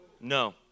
No